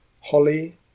holly